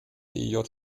djh